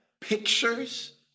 pictures